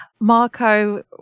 Marco